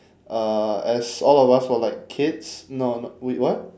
uh as all of us were like kids no no wait what